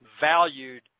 valued